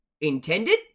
intended